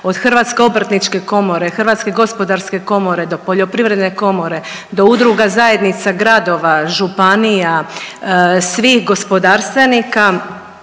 od Hrvatske obrtnike komore, HGK do poljoprivredne komore, do udruga zajednica gradova, županija, svih gospodarstvenika,